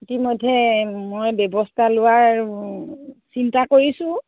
ইতিমধ্যে মই ব্যৱস্থা লোৱাৰ চিন্তা কৰিছোঁ